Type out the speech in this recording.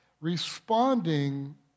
Responding